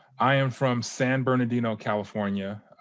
i am from san bernardino, california.